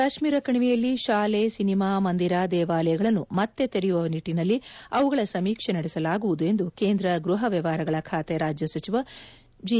ಕಾಶ್ಮೀರ ಕಣಿವೆಯಲ್ಲಿ ಶಾಲೆ ಸಿನಿಮಾ ಮಂದಿರ ದೇವಾಲಯಗಳನ್ನು ಮತ್ತೆ ತೆರೆಯುವ ನಿಟ್ಟಿನಲ್ಲಿ ಅವುಗಳ ಸಮೀಕ್ಷೆ ನಡೆಸಲಾಗುವುದು ಎಂದು ಕೇಂದ್ರ ಗ್ಬಹ ವ್ಯವಹಾರಗಳ ಖಾತೆ ರಾಜ್ಯ ಸಚಿವ ಜಿ